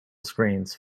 screens